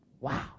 Wow